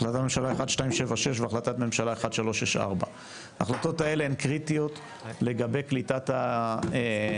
החלטת ממשלה 1276 והחלטת ממשלה 1364. ההחלטות האלה הן קריטיות לגבי קליטת העלייה,